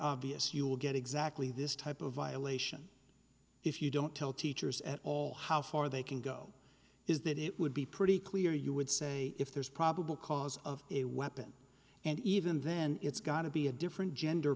obvious you'll get exactly this type of violation if you don't tell teachers at all how far they can go is that it would be pretty clear you would say if there's probable cause of it weapon and even then it's got to be a different gender